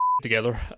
together